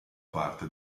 parte